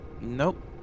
Nope